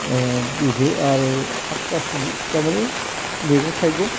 नैबे आरो हाक पासुलि थारमाने मैगं थाइगं